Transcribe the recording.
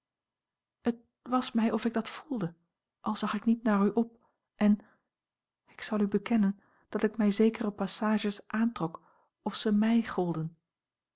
het was mij of ik dat voelde al zag ik niet naar u op en ik zal u bekennen dat ik mij zekere passages aantrok of ze